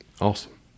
awesome